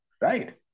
right